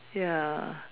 ya